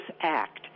act